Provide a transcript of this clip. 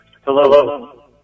hello